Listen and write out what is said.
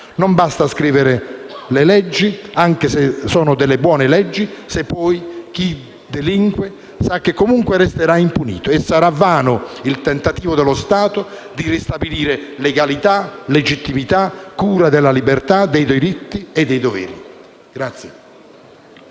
Non basta scrivere le leggi, anche se sono delle buone leggi, se poi chi delinque sa che comunque resterà impunito e sarà vano il tentativo dello Stato di ristabilire legalità, legittimità, cura della libertà, dei diritti e dei doveri.